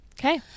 Okay